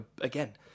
again